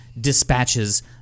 dispatches